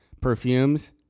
perfumes